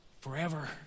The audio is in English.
forever